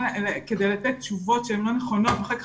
כדי לתת תשובות שהן לא נכונות ואחר כך